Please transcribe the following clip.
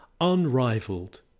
unrivaled